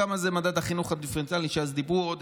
כמה זה מדד החינוך הדיפרנציאלי שאז דיברו עליו,